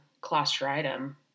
clostridium